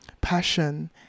passion